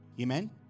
Amen